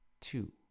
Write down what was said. two